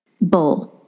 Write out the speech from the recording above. bowl